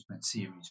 series